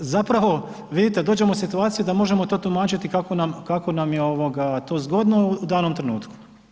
Zapravo vidite dođemo u situaciju da možemo to tumačiti kako nam je to zgodno u danom trenutku.